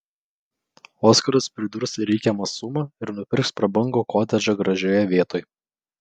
oskaras pridurs reikiamą sumą ir nupirks prabangų kotedžą gražioje vietoj